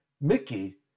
Mickey